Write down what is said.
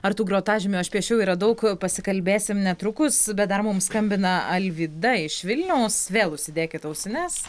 ar tų grotažymių aš piešiau yra daug pasikalbėsim netrukus bet dar mums skambina alvyda iš vilniaus vėl užsidėkit ausines